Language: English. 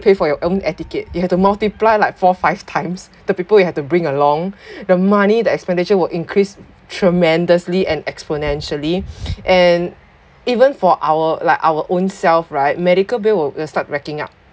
pay for your own air ticket you have to multiply like four five times the people you have to bring along the money the expenditure will increase tremendously and exponentially and even for our like our own self right medical bill will start racking up